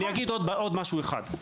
אני אגיד עוד משהו אחד: